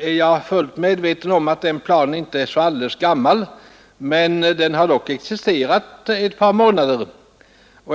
är jag fullt medveten om att denna plan inte är så särskilt gammal, men den har dock existerat ett par månader.